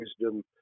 wisdom